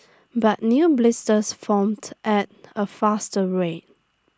but new blisters formed at A faster rate